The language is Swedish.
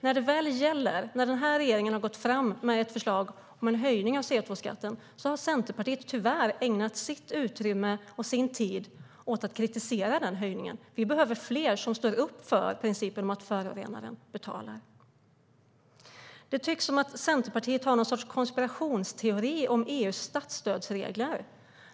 När det väl gäller och när den här regeringen har gått fram med ett förslag om en höjning av koldioxidskatten har Centerpartiet tyvärr ägnat sitt utrymme och sin tid åt att kritisera denna höjning. Vi behöver fler som står upp för principen om att förorenaren betalar. Det tycks som att Centerpartiet har någon sorts konspirationsteori om EU:s statsstödsregler.